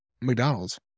McDonald's